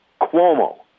Cuomo